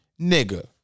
nigga